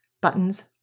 buttons